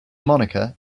monica